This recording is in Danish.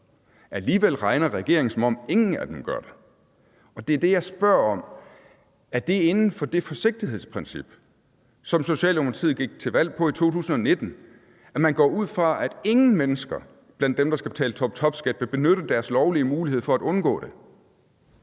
Alligevel regner regeringen, som om ingen af dem gør det, og det er det, jeg spørger om, nemlig om det er inden for det forsigtighedsprincip, som Socialdemokratiet gik til valg på i 2019, at man går ud fra, at ingen af de mennesker, der skal betale toptopskat, vil benytte deres lovlige mulighed for at undgå det.